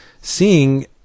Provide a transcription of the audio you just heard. seeing